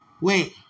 wait